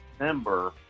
december